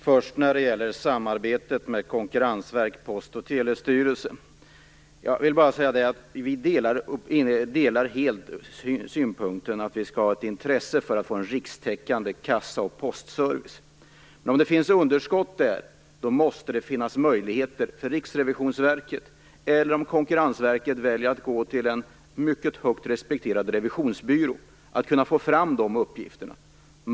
Fru talman! Först gäller det samarbetet med Konkurrensverket och Post och telestyrelsen. Vi instämmer helt beträffande synpunkten att vi skall ha intresse för att få en rikstäckande kassa och postservice. Men om det finns underskott där, måste det finnas möjligheter för Riksrevisionsverket eller för en mycket högt respekterad revisionsbyrå, om Konkurrensverket väljer att gå till en sådan, att få fram sådana uppgifter.